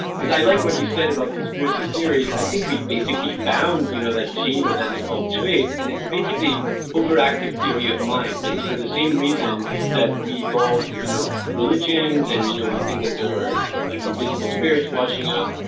because i like what you said about conspiracy theories. i think we as found you know that gene or that evolved trait, and it's basically overactive theory of mind. it's for the same reason that we evolved you know religions and you know we think that there are you know like invisible spirits watching us.